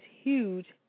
huge